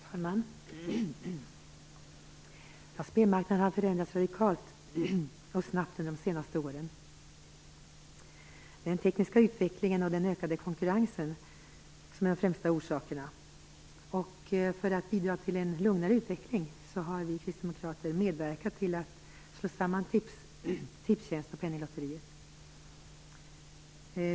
Herr talman! Spelmarknaden har förändrats radikalt och snabbt under de senaste åren. Det är den tekniska utvecklingen och den ökade konkurrensen som är de främsta orsakerna. För att bidra till en lugnare utveckling har vi kristdemokrater medverkat till att Tipstjänst och Penninglotteriet slås samman.